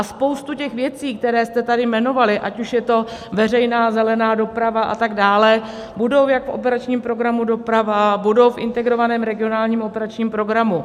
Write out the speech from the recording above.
Spoustu těch věcí, které jste tady jmenovali, ať už je to veřejná zelená doprava a tak dále, budou jak v operačním programu Doprava, budou v Integrovaném regionálním operačním programu.